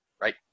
right